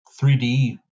3d